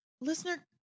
Listener